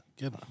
Good